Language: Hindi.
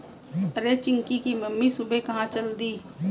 अरे चिंकी की मम्मी सुबह सुबह कहां चल दी?